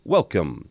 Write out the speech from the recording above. Welcome